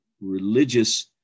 religious